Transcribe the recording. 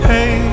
Hey